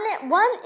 one